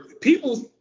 people